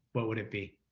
what would it be?